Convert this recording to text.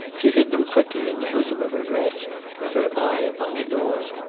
she hid them quickly in the bosom of her dress with her eye upon the door.